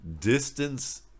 distance